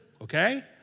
okay